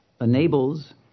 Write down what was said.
enables